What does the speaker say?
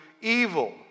evil